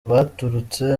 baturutse